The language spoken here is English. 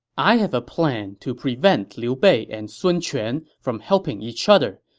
i have a plan to prevent liu bei and sun quan from helping each other,